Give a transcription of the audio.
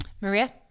Maria